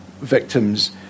victims